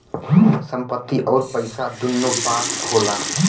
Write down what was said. संपत्ति अउर पइसा दुन्नो बात होला